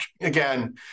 again